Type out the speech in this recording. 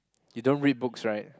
you don't read books right